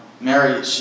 Mary